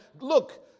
Look